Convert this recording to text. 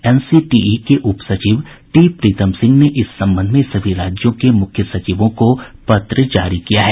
NCET के उप सचिव टी प्रीतम सिंह ने इस संबंध में सभी राज्यों के मुख्य सचिवों को पत्र जारी किया है